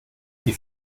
die